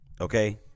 okay